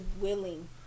willing